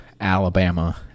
Alabama